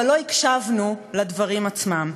אבל לא הקשבנו לדברים עצמם.